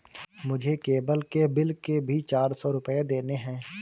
मुझे केबल के बिल के भी चार सौ रुपए देने हैं